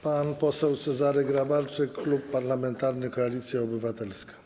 Pan poseł Cezary Grabarczyk, Klub Parlamentarny Koalicja Obywatelska.